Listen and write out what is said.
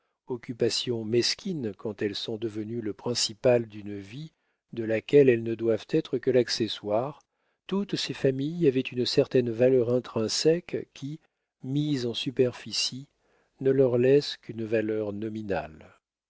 occupations mesquines quand elles sont devenues le principal d'une vie de laquelle elles ne doivent être que l'accessoire toutes ces familles avaient une certaine valeur intrinsèque qui mise en superficie ne leur laisse qu'une valeur nominale